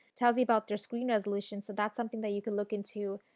tells you about their screen resolution, so that's something that you can look into.